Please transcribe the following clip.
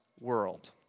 world